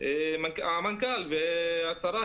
המנכ"ל והשרה,